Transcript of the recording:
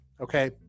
Okay